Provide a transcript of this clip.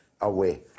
away